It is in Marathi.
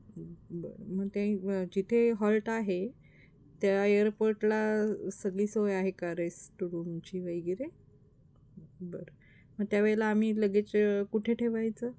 बरं मग ते जिथे हॉल्ट आहे त्या एअरपोर्टला सगळी सोय आहे का रेस्टरूमची वगैरे बरं मग त्यावेळेला आम्ही लगेज कुठे ठेवायचं